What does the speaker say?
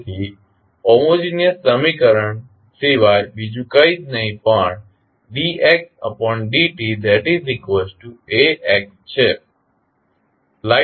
તેથી હોમોજીનીયસ સમીકરણ સિવાય બીજું કઇ નહી પણ dxdtAxt છે